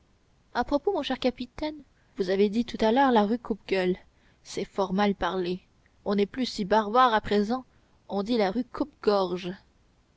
à propos mon cher capitaine vous avez dit tout à l'heure la rue coupe gueule c'est fort mal parler on n'est plus si barbare à présent on dit la rue coupe-gorge